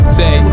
say